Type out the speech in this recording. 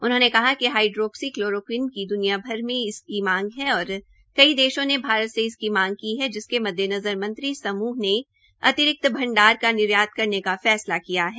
उन्होंने कहा कि हाइड्रोक्सी क्लोरोक्वीन की दुनिया भर में इसकी मांग है और कई देशों ने भारत से इसकी मांग की है जिसके मद्देनज़र मंत्री समूह ने अतिरिक्त भंडार का निर्यात करने का फैसला किया है